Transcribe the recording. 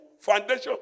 foundation